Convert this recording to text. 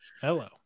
Hello